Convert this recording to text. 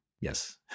yes